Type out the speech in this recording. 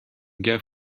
gars